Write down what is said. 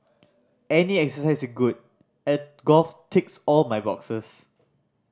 any exercise is good and golf ticks all my boxes